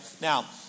now